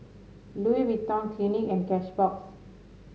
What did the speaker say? Louis Vuitton Clinique and Cashbox